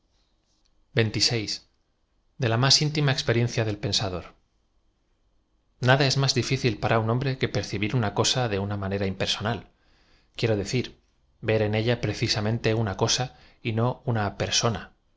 e la más intim a txperisncia d d pensador nada ea más difícil para un hombre que percibir una cosa de una manera impersonal quiero decir ver en ella precisamente una cosa y no una persona